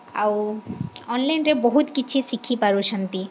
ଆଉ ଅନ୍ଲାଇନ୍ରେ ବହୁତ କିଛି ଶିଖିପାରୁଛନ୍ତି